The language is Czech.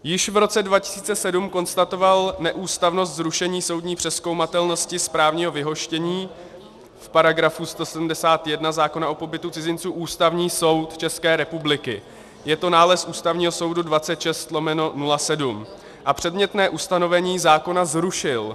Již v roce 2007 konstatoval neústavnost zrušení soudní přezkoumatelnosti správního vyhoštění v § 171 zákona o pobytu cizinců Ústavní soud České republiky, je to nález Ústavního soudu 26/07, a předmětné ustanovení zákona zrušil.